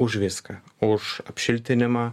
už viską už apšiltinimą